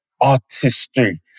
artistry